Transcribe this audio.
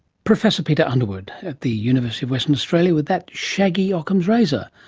professor peter underwood at the university of western australia with that shaggy ockham's razor.